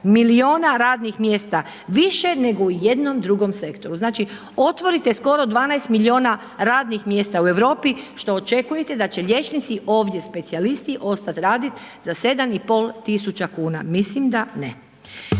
milijuna radnih mjesta, više nego u jednom drugom sektoru. Znači otvorite skoro 12 milijuna radnih mjesta u Europi što očekujete da će liječnici ovdje specijalisti ostat radit za 7 i pol tisuća kuna, mislim da ne.